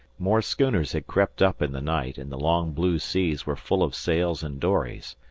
more schooners had crept up in the night, and the long blue seas were full of sails and dories.